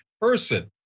person